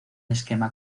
esquema